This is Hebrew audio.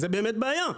זאת באמת בעיה.